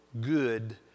good